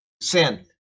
sin